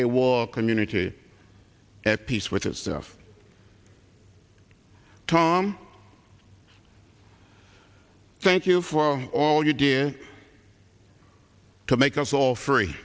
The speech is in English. a war community at peace with his stuff tom thank you for all your gear to make us all free